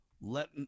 Let